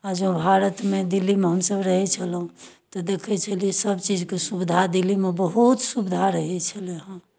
आ जँ भारतमे दिल्लीमे हमसभ रहैत छलहुँ तऽ देखै छलियै सभचीजके सुविधा दिल्लीमे बहुत सुविधा रहैत छलय हेँ